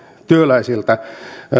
työläisiltä